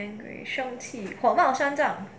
angry 生气火冒三丈